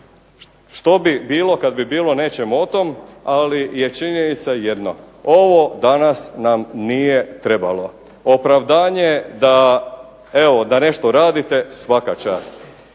što bi bilo kad bi bilo nećemo o tom. Ali je činjenica jedno, ovo danas nam nije trebalo. Opravdanje da nešto radite svaka čast,